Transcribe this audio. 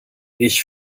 ich